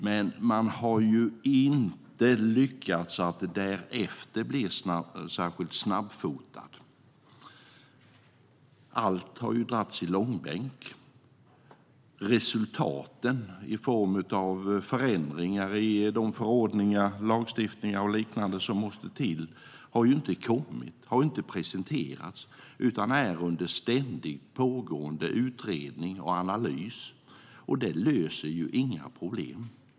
Regeringen har därefter dock inte lyckats bli särskilt snabbfotad. Allt har dragits i långbänk. Resultaten i form av förändringar i de förordningar, lagstiftningar och liknande som måste till har inte kommit. Inget sådant har presenterats, utan det är under ständigt pågående utredning och analys. Det löser inga problem.